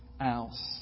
else